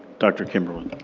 dr. kimberlin.